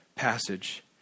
passage